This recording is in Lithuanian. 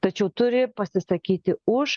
tačiau turi pasisakyti už